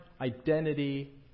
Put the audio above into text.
identity